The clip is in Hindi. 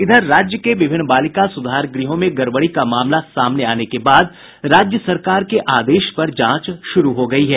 इधर राज्य के विभिन्न बालिका सुधार गृहों में गड़बड़ी का मामला सामने आने के बाद राज्य सरकार के आदेश पर जांच शुरू हो गयी है